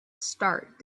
start